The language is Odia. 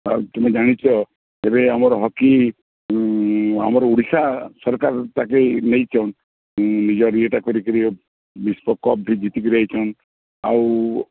ଆଉ ତୁମେ ଜାଣିଛ ଏବେ ଆମର୍ ହକି ଆମର୍ ଓଡ଼ିଶା ସରକାର୍ ତାକେ ନେଇଛନ୍ ନିଜର ଇଏଟା କରିକିରି ବିଶ୍ଵକପ୍ ଭି ଜିତିକିରି ଆଇଛନ୍ ଆଉ